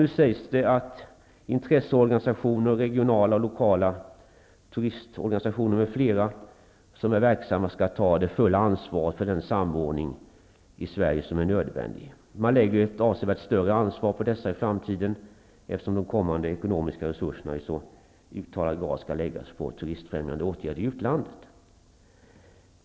Nu sägs det att intresseorganisationer, regionala och lokala turistorganisationer m.fl., som är verksamma skall ta det fulla ansvaret för den samordning i Sverige som är nödvändig. Man lägger ett avsevärt större ansvar på dessa i framtiden, eftersom de kommande ekonomiska resurserna i så uttalad grad skall läggas på turistfrämjande åtgärder i utlandet.